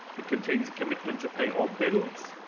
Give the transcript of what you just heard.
it contains a commitment to pay our bills.